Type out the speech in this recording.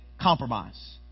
compromise